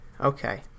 Okay